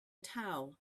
towel